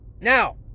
Now